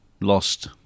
lost